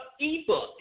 ebook